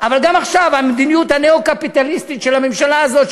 אבל גם עכשיו המדיניות הניאו-קפיטליסטית של הממשלה הזאת,